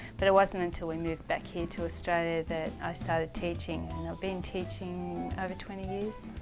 but it wasn't until we moved back here to australia that i started teaching and i've been teaching over twenty years.